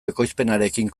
ekoizpenarekin